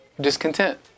Discontent